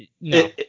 no